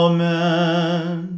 Amen